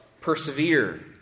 persevere